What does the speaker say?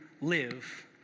live